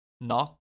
Knock